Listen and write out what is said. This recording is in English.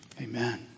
Amen